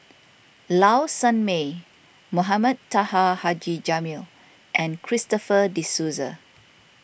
Low Sanmay Mohamed Taha Haji Jamil and Christopher De Souza